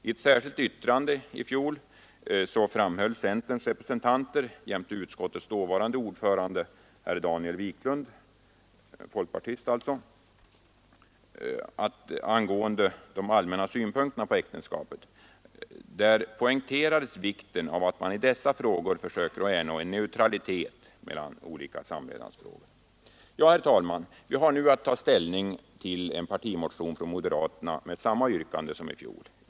I ett särskilt yttrande i fjol poängterade centerns representanter jämte utskottets dåvarande ordförande, folkpartisten Daniel Wiklund, när det gäller allmänna synpunkter på äktenskapet vikten av att man i dessa frågor försöker uppnå en neutralitet mellan olika samlevnadsformer. Herr talman! Vi har nu att ta ställning till en partimotion från moderaterna med samma yrkande som i fjol.